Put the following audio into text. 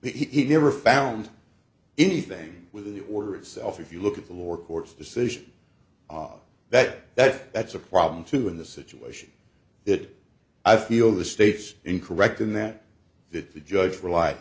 he ever found anything with the order itself if you look at the lower court's decision on that that that's a problem too in the situation that i feel the state's in correct in that that the judge rel